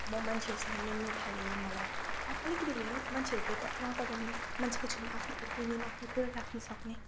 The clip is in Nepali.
म मान्छेहरूसँग मिल्नु थालेँ मलाई अलिकति भए पनि मान्छेहरू देख्दा नडराउने मान्छेको छेउमा आफ्नो ओपिनियन आफ्नो कुरा राख्नु सक्ने